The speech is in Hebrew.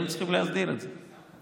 הם צריכים להסדיר את זה.